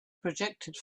projected